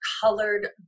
colored